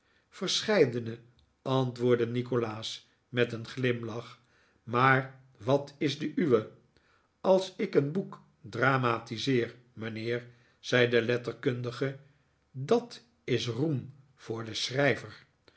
verscheidene antwoordde nikolaas met een glimlach maar wat is de uwe als ik een boek dramatiseer mijnheer zei de letterkundige d a t is roem voor den schrijver